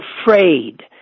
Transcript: afraid